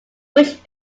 which